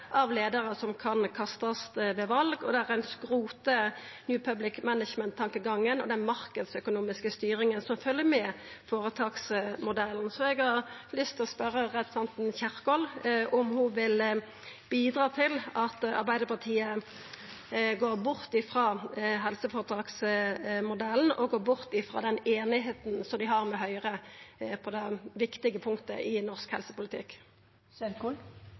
av leiarar som kan kastast ved val, og der ein skrotar New Public Management-tankegangen og den marknadsøkonomiske styringa som følgjer med føretaksmodellen. Så eg har lyst til å spørja representanten Kjerkol om ho vil bidra til at Arbeidarpartiet går bort frå helseføretaksmodellen og går bort frå den einigheita dei har med Høgre på dette viktige punktet i norsk helsepolitikk.